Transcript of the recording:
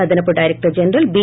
అదనపు director general B